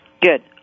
Good